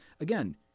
again